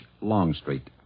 Longstreet